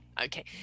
Okay